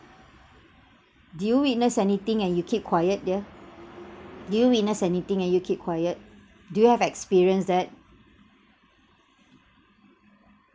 do you witness anything and you keep quiet dear do you witness anything and you keep quiet do you have experienced that